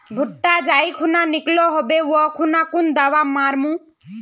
भुट्टा जाई खुना निकलो होबे वा खुना कुन दावा मार्मु?